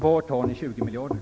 Var tar ni 20 miljarder?